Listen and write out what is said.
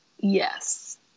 Yes